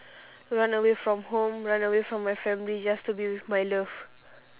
run away from home run away from my family just to be with my love